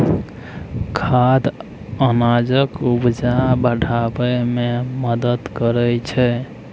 खाद अनाजक उपजा बढ़ाबै मे मदद करय छै